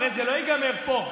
הרי זה לא ייגמר פה.